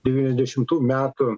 devyniasdešimtų metų